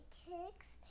kicks